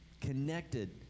connected